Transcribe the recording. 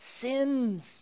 sins